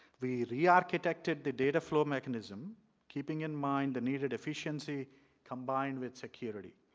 we rearchitected the dataflow mechanism keeping in mind the needed efficiency combined with security.